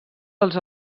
els